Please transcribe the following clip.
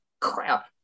crap